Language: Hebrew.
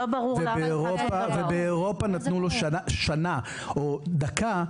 ובאירופה נתנו לו שנה או דקה,